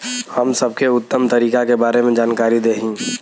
हम सबके उत्तम तरीका के बारे में जानकारी देही?